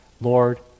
Lord